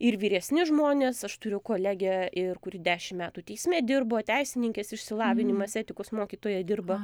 ir vyresni žmonės aš turiu kolegę ir kuri dešim metų teisme dirbo teisininkės išsilavinimas etikos mokytoja dirba